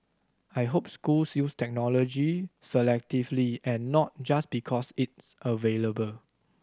I hope schools use technology selectively and not just because it's available